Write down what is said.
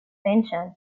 pension